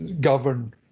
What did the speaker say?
govern